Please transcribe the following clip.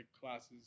classes